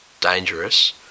dangerous